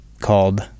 called